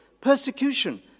persecution